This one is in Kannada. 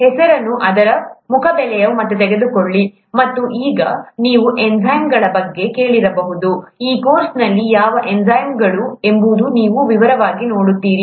ಹೆಸರನ್ನು ಅದರ ಮುಖಬೆಲೆಯ ಮೇಲೆ ತೆಗೆದುಕೊಳ್ಳಿ ಮತ್ತು ಈಗ ನೀವು ಎನ್ಝೈಮ್ಗಳ ಬಗ್ಗೆ ಕೇಳಿರಬಹುದು ಈ ಕೋರ್ಸ್ನಲ್ಲಿ ಯಾವ ಎನ್ಝೈಮ್ಗಳು ಎಂಬುದನ್ನು ನೀವು ವಿವರವಾಗಿ ನೋಡುತ್ತೀರಿ